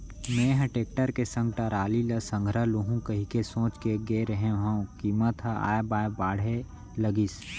मेंहा टेक्टर के संग टराली ल संघरा लुहूं कहिके सोच के गे रेहे हंव कीमत ह ऑय बॉय बाढ़े लगिस